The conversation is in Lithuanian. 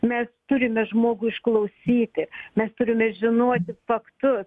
mes turime žmogų išklausyti mes turime žinoti faktus